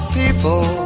people